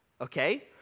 okay